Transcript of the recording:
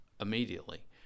immediately